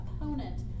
opponent